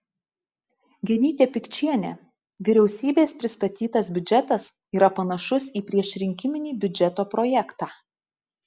genytė pikčienė vyriausybės pristatytas biudžetas yra panašus į priešrinkiminį biudžeto projektą